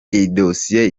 idosiye